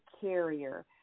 carrier